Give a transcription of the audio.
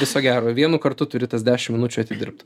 viso gero vienu kartu turi tas dešimt minučių atidirbt